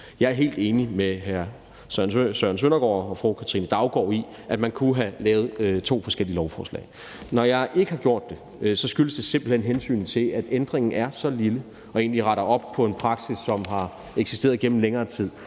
Jeg er helt enig med hr. Søren Søndergaard og fru Katrine Daugaard i, at man her kunne have lavet to lovforslag. Når jeg ikke har gjort det, skyldes det simpelt hen, at ændringen er så lille og egentlig retter op på en praksis, som har eksisteret igennem længere tid,